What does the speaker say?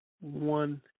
one